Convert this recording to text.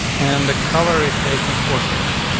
and the color is taking four seconds.